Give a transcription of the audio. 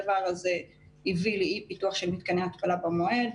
הדבר הזה הביא לאי פיתוח של מתקני התפלה במועד,